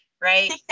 right